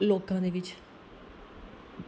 लोकां दे विच